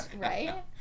Right